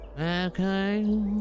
Okay